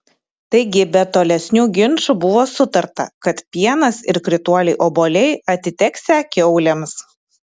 taigi be tolesnių ginčų buvo sutarta kad pienas ir krituoliai obuoliai atiteksią kiaulėms